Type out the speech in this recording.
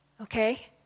Okay